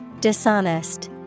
Dishonest